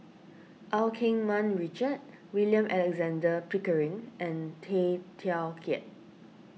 Eu Keng Mun Richard William Alexander Pickering and Tay Teow Kiat